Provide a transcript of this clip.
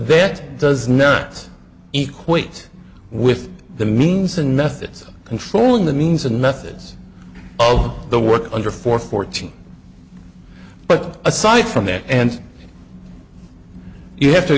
that does next equally with the means and methods of controlling the means and methods of the work under four fourteen but aside from that and you have to